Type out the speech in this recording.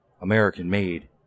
American-made